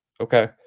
Okay